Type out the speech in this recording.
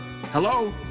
Hello